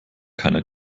keiner